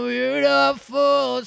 Beautiful